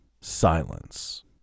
Silence